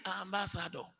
ambassador